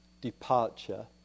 departure